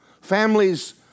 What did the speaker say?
Families